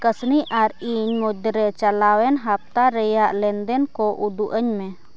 ᱠᱟᱥᱱᱤ ᱟᱨ ᱤᱧ ᱢᱩᱫᱽᱨᱮ ᱪᱟᱞᱟᱣᱮᱱ ᱦᱟᱯᱛᱟ ᱨᱮᱭᱟᱜ ᱞᱮᱱᱫᱮᱱ ᱠᱚ ᱩᱫᱩᱜ ᱟᱹᱧᱢᱮ